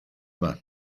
yma